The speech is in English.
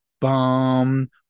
bum